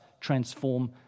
transform